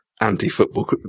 anti-football